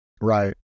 Right